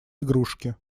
игрушке